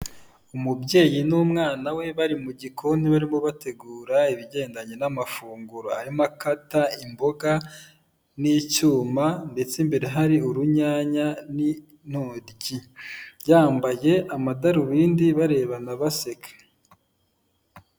Umubyeyi n'umwana we bari mu gikoni barimo bategura ibigendanye n'amafunguro, arimo akata imboga n'icyuma ndetse imbere hari urunyanya n'intoryi, yambaye amadarubindi barebana baseke.